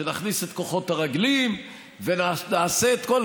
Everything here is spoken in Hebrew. שנכניס את כוחות הרגלים ונעשה את הכול?